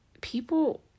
people